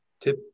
tip